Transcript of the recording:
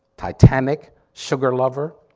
titanic, sugar lover,